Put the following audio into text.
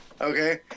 okay